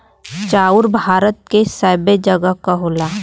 चाउर भारत के सबै जगह क लोग खाला